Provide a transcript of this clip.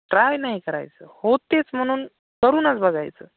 काय नाही करायचं होतेच म्हणून करूनच बघायचं